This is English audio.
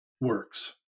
works